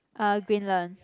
uh Greenland